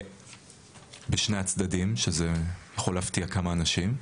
בשני הצדדים, שזה יכול להפתיע כמה אנשים.